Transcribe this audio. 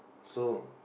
so